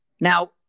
Now